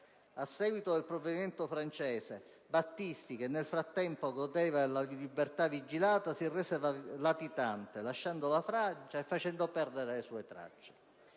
A seguito del provvedimento francese, Battisti, che nel frattempo godeva della libertà vigilata, si rese latitante, lasciando la Francia e facendo perdere le sue tracce.